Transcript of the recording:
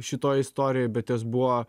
šitoj istorijoj bet jos buvo